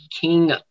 King